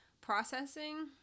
processing